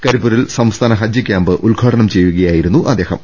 കരിപ്പൂരിൽ സംസ്ഥാന ഹജ്ജ് ക്യാമ്പ് ഉദ്ഘാടനം ചെയ്യുകയായിരുന്നു അദ്ദേഹം